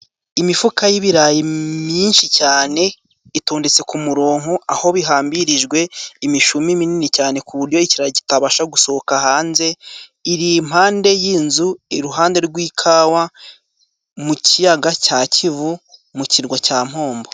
Imifuka y'ibirayi myinshi cyane itondetse ku umuronko. Aho bihambirijwe imishumi minini cyane, kuburyo ikirayi kitabasha gusohoka hanze, Iri impande y'inzu iruhande rw'ikawa, mu kiyaga cya kivu, mu kirwa cya nkombo.